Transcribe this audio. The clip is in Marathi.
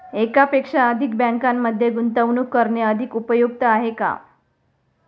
एकापेक्षा अधिक बँकांमध्ये गुंतवणूक करणे अधिक उपयुक्त आहे का?